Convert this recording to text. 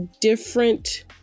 different